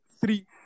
three